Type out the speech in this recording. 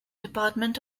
department